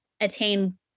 attain